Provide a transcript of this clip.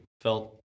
felt